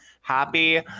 happy